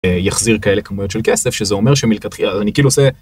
יחזיר כאלה כמויות של כסף שזה אומר שמלכתחילה אני כאילו עושה.